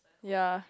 ya